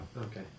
Okay